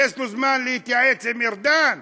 יש לו זמן להתייעץ עם ארדן?